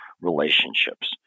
relationships